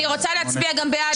נפל.